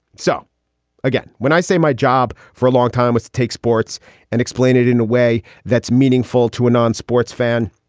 so again, when i say my job for a long time was to take sports and explain it in a way that's meaningful to a non-sports fan,